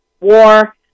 war